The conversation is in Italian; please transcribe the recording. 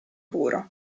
puro